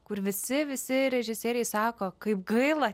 kur visi visi režisieriai sako kaip gaila